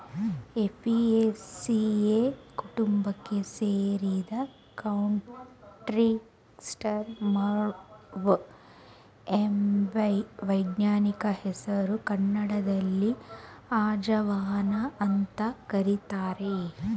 Apiaceae ಕುಟುಂಬಕ್ಕೆ ಸೇರಿದ Trachyspermum ammi ವೈಜ್ಞಾನಿಕ ಹೆಸರು ಕನ್ನಡದಲ್ಲಿ ಅಜವಾನ ಅಂತ ಕರೀತಾರೆ